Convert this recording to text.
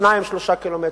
ל-3-2 קילומטרים.